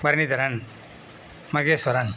Bharanidharan Maheswaran